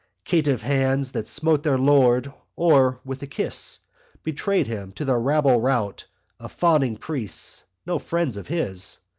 caitiff hands that smote their lord or with a kiss betrayed him to the rabble-rout of fawning priests no friends of his.